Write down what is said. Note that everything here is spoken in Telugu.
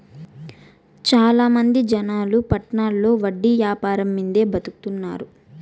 చాలా మంది జనాలు పట్టణాల్లో వడ్డీ యాపారం మీదే బతుకుతున్నారు